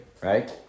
right